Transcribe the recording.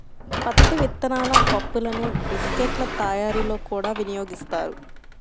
పత్తి విత్తనాల పప్పులను బిస్కెట్ల తయారీలో కూడా వినియోగిస్తారు